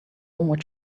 what